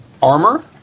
Armor